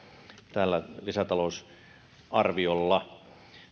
tällä lisätalousarviolla